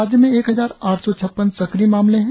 राज्य में एक हजार आठ सौ छप्पन सक्रिय मामले हैं